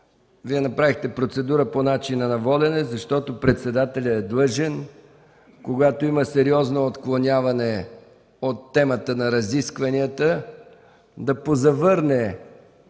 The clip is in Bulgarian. Вие направихте процедура по начина на водене, защото председателят е длъжен, когато има сериозно отклоняване от темата на разискванията, да позавърне